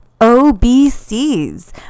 OBCs